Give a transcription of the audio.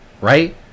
Right